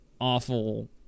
awful